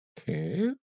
Okay